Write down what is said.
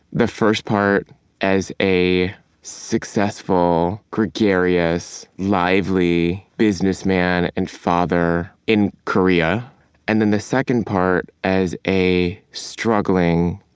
the first part as a successful, gregarious, lively businessman and father in korea and then the second part as a struggling,